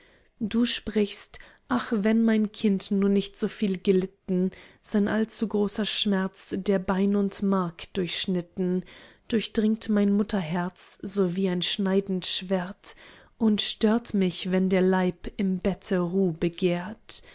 du sprichst ach wenn mein kind nur nicht so viel gelitten sein allzu großer schmerz der bein und mark durchschnitten durchdringt mein mutterherz so wie ein schneidend schwert und stört mich wenn der leib im bette ruh begehrt